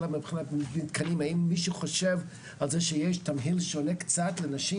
המבחן אין מי שחושב על זה שיש תמהיל שונה קצת לנשים